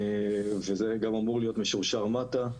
וזה גם אמור להיות משורשר מטה.